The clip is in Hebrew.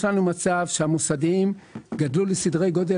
יש לנו מצב שהמוסדיים גדלו לסדרי גודל